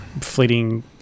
fleeting